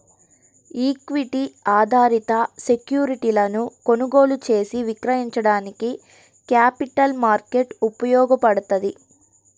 equity ఆధారిత సెక్యూరిటీలను కొనుగోలు చేసి విక్రయించడానికి క్యాపిటల్ మార్కెట్ ఉపయోగపడ్తది